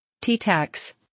T-tax